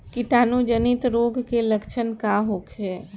कीटाणु जनित रोग के लक्षण का होखे?